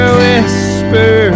whisper